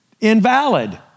invalid